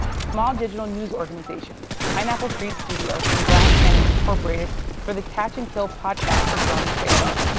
small digital news organization pineapple street studios and glass cannon incorporated for the catch and kill podcast with ronan farrow.